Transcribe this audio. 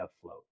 afloat